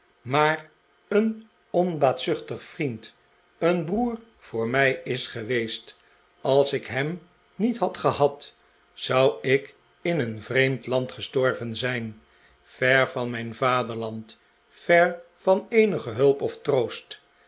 maar een onbaatzuchtig vriend een broer voor mij is geweest als ik hem niet had gehad zou ik in een vreemd land gestorven zijn ver van mijn vaderland ver van eenige hulp of troost